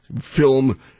film